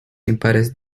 impares